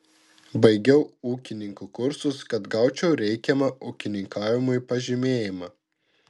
baigiau ūkininkų kursus kad gaučiau reikiamą ūkininkavimui pažymėjimą